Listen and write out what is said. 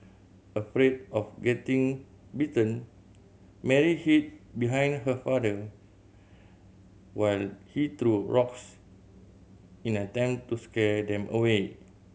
afraid of getting bitten Mary hid behind her father while he threw rocks in an attempt to scare them away